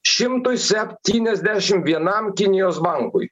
šimtui septyniasdešim vienam kinijos bankui